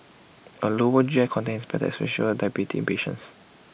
A lower G I content is better especially diabetes patients